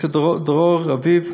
דוקטור דרור רביב,